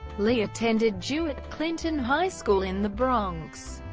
lee attended dewitt clinton high school in the bronx.